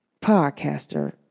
Podcaster